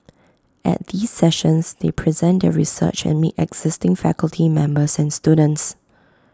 at these sessions they present their research and meet existing faculty members and students